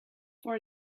for